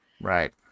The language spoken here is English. Right